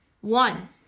one